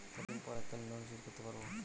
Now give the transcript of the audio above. কতদিন পর এককালিন লোনশোধ করতে সারব?